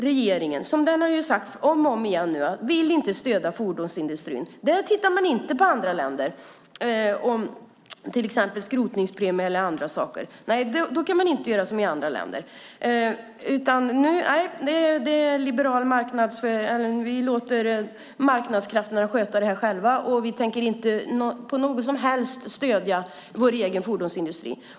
Regeringen vill inte, som den gång på gång sagt, stödja fordonsindustrin genom att titta på andra länder vad gäller skrotningspremier och annat. Nej, man kan inte göra som i andra länder. Man låter i stället marknadskrafterna sköta det hela och tänker inte på något som helst sätt stödja vår egen fordonsindustri.